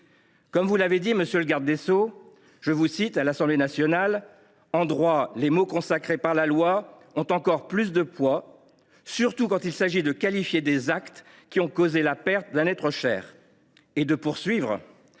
de graves blessures. Monsieur le garde des sceaux, vous avez affirmé devant l’Assemblée nationale :« En droit, les mots consacrés par la loi ont encore plus de poids, surtout quand il s’agit de qualifier des actes qui ont causé la perte d’un être cher. »